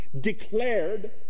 declared